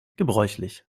gebräuchlich